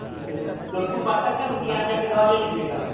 ठीक है दोकू पाठक हैं उनके यहाँ जाकर दवा ले लीजियेगा